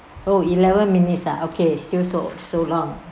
oh eleven minutes ah okay still so so long